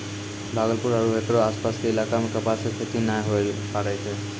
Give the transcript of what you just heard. भागलपुर आरो हेकरो आसपास के इलाका मॅ कपास के खेती नाय होय ल पारै छै